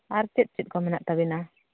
ᱟᱨ ᱪᱮᱫ ᱪᱮᱫ ᱠᱚ ᱢᱮᱱᱟᱜ ᱛᱟᱵᱮᱱᱟ